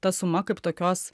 ta suma kaip tokios